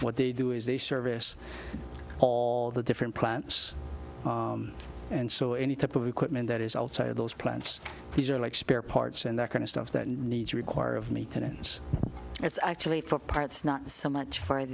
what they do is they service all the different plants and so any type of equipment that is outside of those plants these are like spare parts and that kind of stuff that needs require of me to dance it's actually for parts not so much f